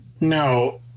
No